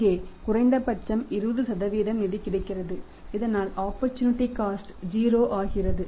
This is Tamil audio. இங்கே குறைந்தபட்சம் 20 நிதி கிடைக்கிறது இதனால் ஆப்பர்சூனிட்டி காஸ்ட் 0 ஆகிறது